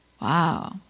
wow